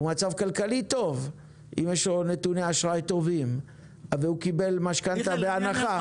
הוא במצב כלכלי טוב אם יש לו נתוני אשראי טובים והוא קיבל משכנתה בהנחה.